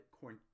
corn